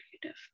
creative